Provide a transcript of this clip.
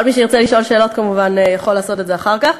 כל מי שירצה לשאול שאלות כמובן יכול לעשות את זה אחר כך.